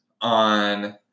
on